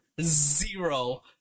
zero